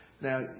Now